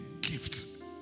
gift